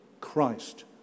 Christ